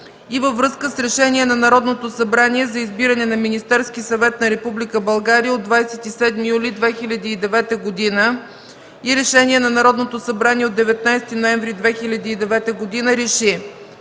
и във връзка с Решение на Народното събрание за избиране на Министерски съвет на Република България от 27 юли 2009 г. и Решение на Народното събрание от 19 ноември 2009 г.